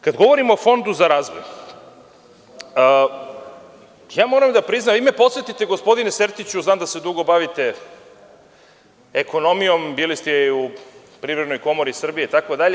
Kada govorimo o Fondu za razvoj, moram da priznam, vi me podsetite, gospodine Sertiću, znam da se dugo bavite ekonomijom, bili ste u Privrednoj komori Srbije itd.